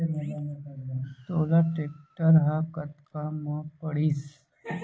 तोला टेक्टर ह कतका म पड़िस?